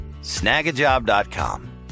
Snagajob.com